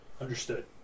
Understood